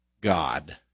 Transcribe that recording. God